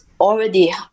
already